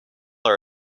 are